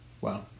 wow